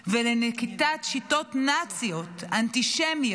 ולנקיטת שיטות נאציות, אנטישמיות,